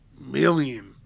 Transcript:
million